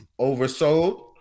oversold